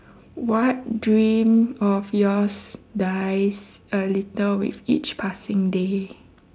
what dream of yours dies a little with each passing day